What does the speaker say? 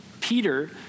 Peter